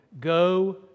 go